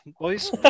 boys